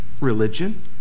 religion